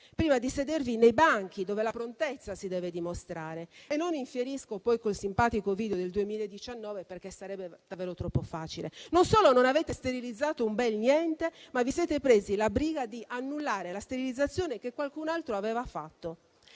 prima di sedervi nei banchi dove la prontezza si deve dimostrare. Non infierisco poi col simpatico video del 2019, perché sarebbe davvero troppo facile. Non solo non avete sterilizzato niente, ma vi siete presi la briga di annullare la sterilizzazione che qualcun altro aveva fatto.